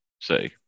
say